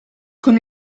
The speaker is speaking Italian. con